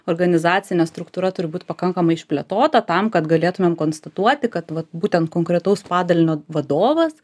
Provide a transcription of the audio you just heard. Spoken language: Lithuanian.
organizacinė struktūra turi būt pakankamai išplėtota tam kad galėtumėm konstatuoti kad vat būtent konkretaus padalinio vadovas